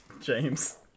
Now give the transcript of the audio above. James